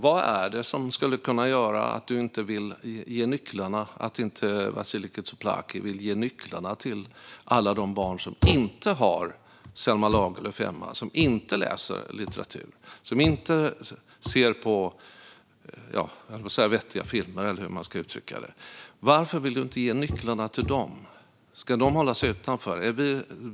Vad är det som skulle kunna göra att Vasiliki Tsouplaki inte vill ge nycklarna till alla de barn som inte har Selma Lagerlöf hemma, som inte läser litteratur och som inte ser på vettiga filmer, eller hur man nu ska uttrycka det? Varför vill du inte ge nycklarna till dem? Ska de hållas utanför?